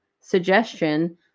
suggestion